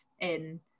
in-